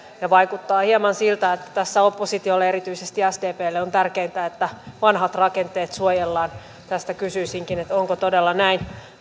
vaikuttaa hieman siltä että tässä oppositiolle erityisesti sdplle on tärkeintä että vanhat rakenteet suojellaan tästä kysyisinkin onko todella näin